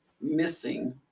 missing